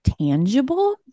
tangible